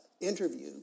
interview